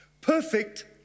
Perfect